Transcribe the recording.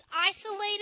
isolated